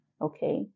okay